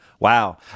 Wow